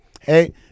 hey